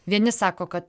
vieni sako kad